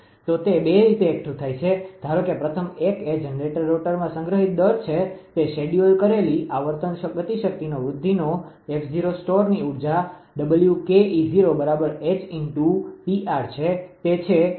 તો તે 2 રીતે એકઠું થાય છે ધારો કે પ્રથમ 1 એ જનરેટર રોટરમાં સંગ્રહિતદર છે તે શેડ્યૂલ કરેલી આવર્તન છે ગતિશક્તિની વૃદ્ધિનો સ્ટોરની ઉર્જા બરાબર 𝐻 × 𝑃𝑟 છે તે છે ગતિશક્તિ છે